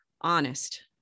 honest